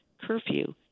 curfew